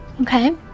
Okay